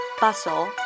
Bustle